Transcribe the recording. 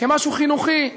כמשהו חינוכי,